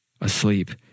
asleep